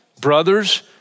brothers